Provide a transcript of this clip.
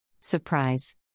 Surprise